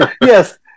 yes